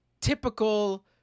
typical